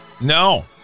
No